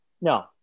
No